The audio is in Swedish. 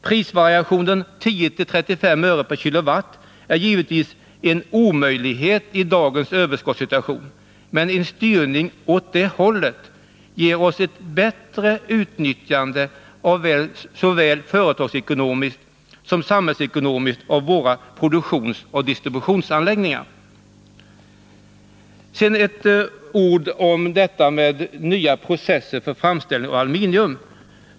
Prisvariationen 10-35 öre/kWh är givetvis en omöjlighet i dagens överskottssituation, men en styrning åt det hållet ger oss ett bättre utnyttjande såväl företagsekonomiskt som samhällsekonomiskt av våra produktionsoch distributionsanläggningar. Sedan vill jag säga några ord om nya processer för framställning av aluminium.